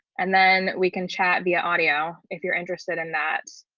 and then we can chat via audio, if you're interested in that.